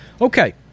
Okay